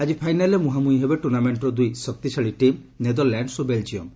ଆଜି ଫାଇନାଲ୍ରେ ମୁହାଁମୁହି ହେବେ ଟୂର୍ଣ୍ଣାମେକ୍କର ଦୁଇ ଶକ୍ତିଶାଳୀ ଟିମ୍ ନେଦରଲ୍ୟାଣ୍ଡ୍ସ ଓ ବେଲ୍ଜିୟମ୍